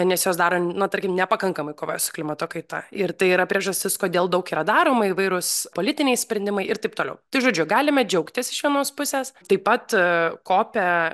nes jos daro na tarkim nepakankamai kovoja su klimato kaita ir tai yra priežastis kodėl daug yra daroma įvairūs politiniai sprendimai ir taip toliau tai žodžiu galime džiaugtis iš vienos pusės taip pat kope